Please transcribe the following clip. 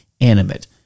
animate